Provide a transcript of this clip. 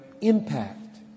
impact